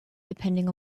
depending